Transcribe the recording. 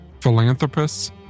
Philanthropists